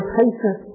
patient